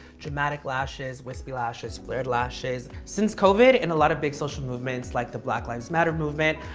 dramatic lashes, wispy lashes, flared lashes. since covid, and a lot of big social movements like the black lives matter movement,